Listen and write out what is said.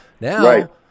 Now